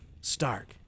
stark